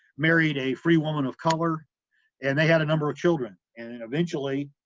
married a free woman of color and they had a number of children. and and eventually,